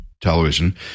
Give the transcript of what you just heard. Television